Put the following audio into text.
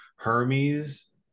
Hermes